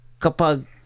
kapag